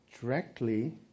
directly